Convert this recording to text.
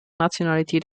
nationalität